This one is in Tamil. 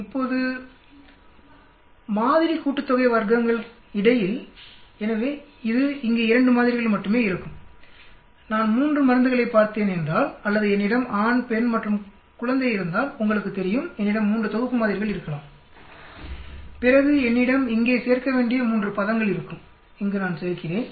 இப்போது வர்க்கங்களின் மாதிரி கூட்டுத்தொகைக்கு இடையில் எனவே இது இங்கே 2 மாதிரிகள் மட்டுமே இருக்கும் நான் 3 மருந்துகளைப் பார்த்தேன் என்றால் அல்லது என்னிடம் ஆண் பெண் மற்றும் குழந்தை இருந்தால் உங்களுக்குத் தெரியும் என்னிடம் 3 தொகுப்பு மாதிரிகள் இருக்கலாம் பிறகு என்னிடம் இங்கே சேர்க்க வேண்டிய 3 பதங்கள் இருக்கும் இங்கு நான் சேர்க்கிறேன்